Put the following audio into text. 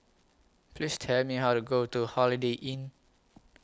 Please Tell Me How to Go to Holiday Inn